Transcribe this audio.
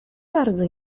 bardzo